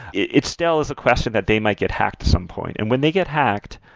it it still is a question that they might get hacked to some point. and when they get hacked,